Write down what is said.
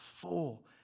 full